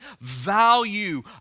value